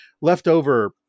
leftover